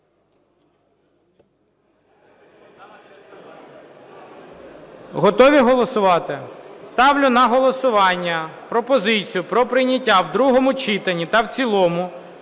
Готові голосувати? Ставлю на голосування пропозицію про прийняття в другому читанні та в цілому